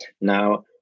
Now